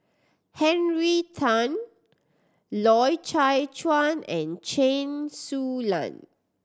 Henry Tan Loy Chye Chuan and Chen Su Lan